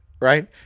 right